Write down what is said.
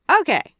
Okay